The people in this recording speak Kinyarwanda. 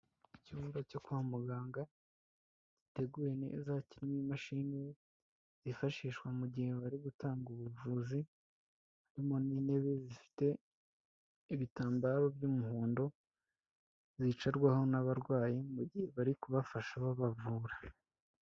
Icyumba cyo kwa muganga giteguye neza kirimo imashini zifashishwa mu gihe bari gutanga ubuvuzi, harimo n'intebe zifite ibitambaro by'umuhondo, zicarwaho n'abarwayi mu gihe bari kubafasha babavura.